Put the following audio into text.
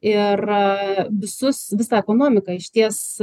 ir visus visą ekonomiką išties